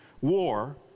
war